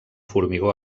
formigó